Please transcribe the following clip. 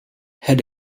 had